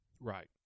right